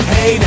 Hey